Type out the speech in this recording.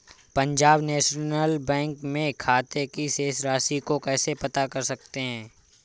Punjab National Bank में खाते की शेष राशि को कैसे पता कर सकते हैं?